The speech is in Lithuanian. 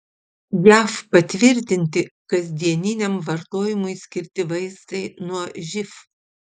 jav patvirtinti kasdieniniam vartojimui skirti vaistai nuo živ